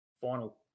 final